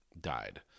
died